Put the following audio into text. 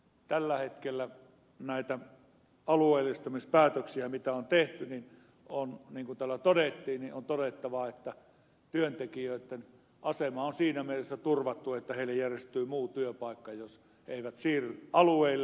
tällä hetkellä näihin alueellistamispäätöksiin liittyen mitä on tehty on todettava niin kuin täällä todettiin että työntekijöitten asema on siinä mielessä turvattu että heille järjestyy muu työpaikka jos eivät siirry alueille